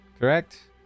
correct